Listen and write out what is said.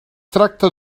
tracta